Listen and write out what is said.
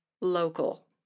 local